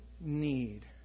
need